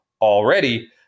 already